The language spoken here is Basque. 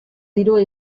dirua